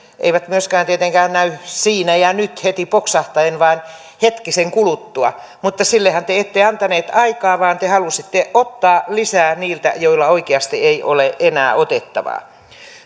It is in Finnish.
eivät myöskään tietenkään näy siinä ja nyt heti poksahtaen vaan hetkisen kuluttua mutta sillehän te ette antaneet aikaa vaan te halusitte ottaa lisää niiltä joilta oikeasti ei ole enää otettavaa